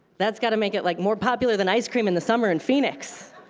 that's got to make it like more popular than ice cream in the summer in phoenix.